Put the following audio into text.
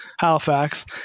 Halifax